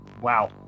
wow